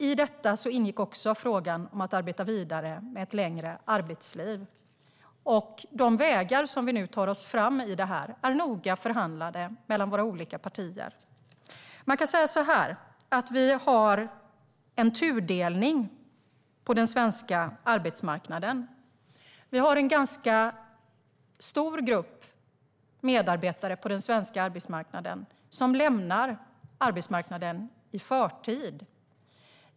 I detta ingick också frågan om att arbeta vidare med ett längre arbetsliv. De vägar som vi nu tar oss fram på i det här är noga förhandlade mellan våra olika partier. Man kan säga att vi har en tudelning på den svenska arbetsmarknaden. Vi har en ganska stor grupp medarbetare på den svenska arbetsmarknaden som lämnar arbetsmarknaden i förtid.